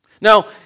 Now